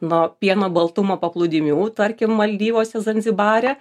nuo pieno baltumo paplūdimių tarkim maldyvuose zanzibare